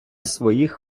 своїх